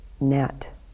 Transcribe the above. net